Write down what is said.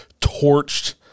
torched